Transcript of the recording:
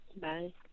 Bye